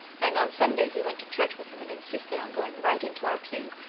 and on sunday he went to church with him and insisted on going right into our pew,